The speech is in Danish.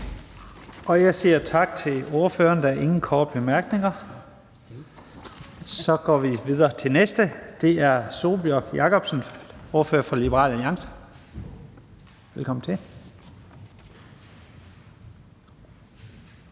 Jeg siger tak til ordføreren. Der er ingen korte bemærkninger. Så går vi videre til den næste, og det er Sólbjørg Jakobsen, ordfører for Liberal Alliance. Velkommen til.